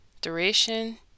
Duration